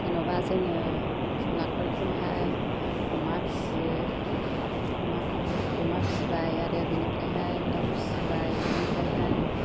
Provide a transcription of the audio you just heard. जेन'बा जोङो जुनारफोरखौहाय अमा फियो अमाखौ अमा फिबाय आरो बेनिफ्राइहाय दाउ फिबाय बिनिफ्रायहाय